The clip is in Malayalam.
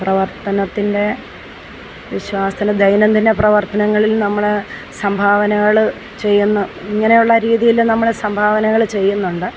പ്രവർത്തനത്തിൻ്റെ വിശ്വാസത്തിലും ദൈനംദിന പ്രവർത്തനങ്ങളിൽ നമ്മൾ സംഭാവനകൾ ചെയ്യുന്നു ഇങ്ങനെയുള്ള രീതിയിലും നമ്മൾ സംഭാവനകൾ ചെയ്യുന്നുണ്ട്